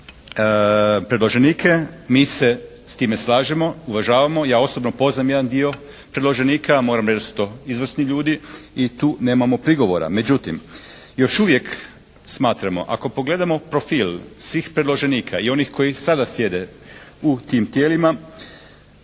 predloženike. Mi se s time slažemo, uvažavamo. Ja osobno poznajem jedan dio predloženika. Ja moram reći da su to izvrsni ljudi i tu nemamo prigovora. Međutim još uvijek smatramo ako pogledamo profil svih predloženika i onih koji sada sjede u tim tijelima